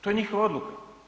To je njihova odluka.